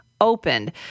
Opened